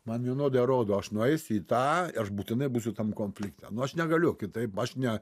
man vienodai rodo aš nueisiu į tą aš būtinai būsiu tam konflikte nu aš negaliu kitaip aš ne